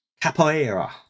capoeira